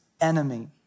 enemy